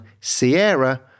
Sierra